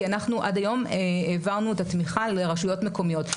כי אנחנו עד היום העברנו את התמיכה לרשויות מקומיות.